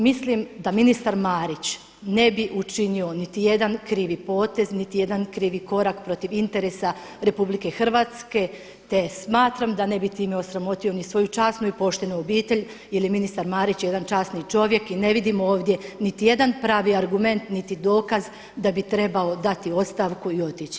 Mislim da ministar Marić ne bi učinio niti jedan krivi potez, niti jedan krivi korak protiv interesa RH, te smatram da ne bi time osramotio ni svoju časnu i poštenu obitelj jel je ministar Marić jedan časni čovjek i ne vidim ovdje niti jedan pravi argument niti dokaz da bi trebao dati ostavku i otići.